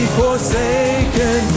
forsaken